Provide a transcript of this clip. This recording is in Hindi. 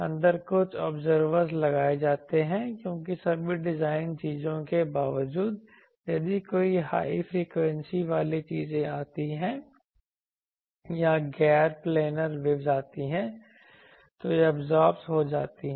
अंदर कुछ ऑब्जर्वरज़ लगाए जाते हैं क्योंकि सभी डिजाइन चीजों के बावजूद यदि कोई हाई फ्रीक्वेंसी वाली चीजें आती हैं या गैर प्लानर वेवज़ आती हैं तो वह एब्जॉर्ब हो जाती है